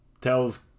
Tells